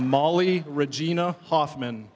molly regina hoffman